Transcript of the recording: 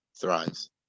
thrives